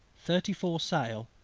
thirty-four sail,